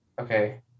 okay